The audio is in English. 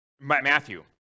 Matthew